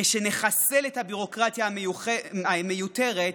כשנחסל את הביורוקרטיה המיותרת,